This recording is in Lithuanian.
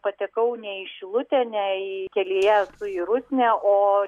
patekau ne į šilutę ne į kelyje esu į rusnę o